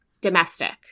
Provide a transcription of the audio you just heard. domestic